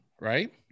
right